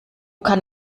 kann